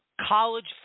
college